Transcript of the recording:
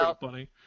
funny